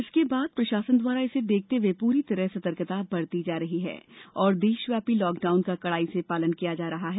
इसके बाद प्रशासन द्वारा इसे देखते हुए पूरी तरह सतर्कता बरती जा रही है और देशव्यापी लॉकडाउन का कड़ाई से पालन किया जा रहा है